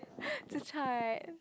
zi-char right